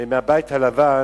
ומהבית הלבן